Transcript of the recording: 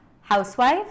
housewife